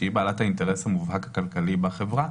שהיא בעלת האינטרס המובהק הכלכלי בחברה,